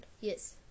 Yes